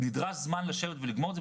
נדרש זמן לשבת ולגמור את זה.